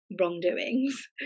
wrongdoings